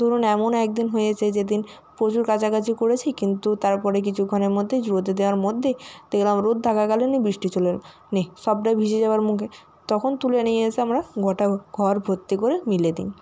ধরুন এমন এক দিন হয়েছে যেদিন প্রচুর কাচাকাচি করেছি কিন্তু তার পরে কিছুক্ষণের মধ্যে রোদে দেওয়ার মধ্যে দেখলাম রোদ থাকাকালীনই বৃষ্টি চলে এল নে সবটাই ভিজে যাওয়ার মুখে তখন তুলে নিয়ে এসে আমরা গোটা ঘর ভর্তি করে মিলে দিই